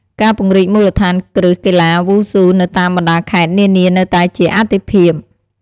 ការពង្រីកមូលដ្ឋានគ្រឹះកីឡាវ៉ូស៊ូនៅតាមបណ្ដាខេត្តនានានៅតែជាអាទិភាព។